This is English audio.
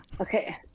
Okay